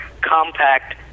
compact